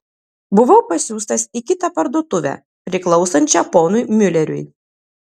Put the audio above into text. buvau pasiųstas į kitą parduotuvę priklausančią ponui miuleriui